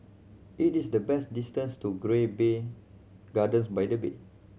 it is the best distance to Gardens by the Bay